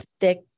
thick